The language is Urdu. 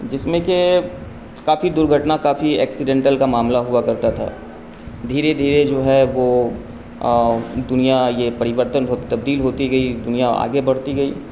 جس میں کہ کافی درگھٹنا کافی ایکسیڈینٹل کا معاملہ ہوا کرتا تھا دھیرے دھیرے جو ہے وہ دنیا یہ پریورتن تبدیل ہوتی گئی دنیا آگے بڑھتی گئی